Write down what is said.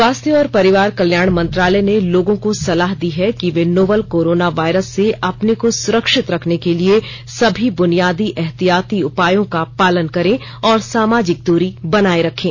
स्वास्थ्य और परिवार कल्याण मंत्रालय ने लोगों को सलाह दी है कि वे नोवल कोरोना वायरस से अपने को सुरक्षित रखने के लिए सभी बुनियादी एहतियाती उपायों का पालन करें और सामाजिक दूरी बनाए रखें